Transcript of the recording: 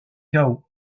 chaos